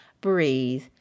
breathe